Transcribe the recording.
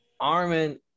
Armin